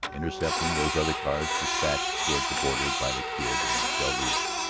intercepting those other cars despatched toward the border by the kid and del rio.